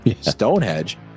Stonehenge